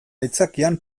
aitzakian